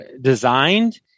designed